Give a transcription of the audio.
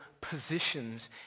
positions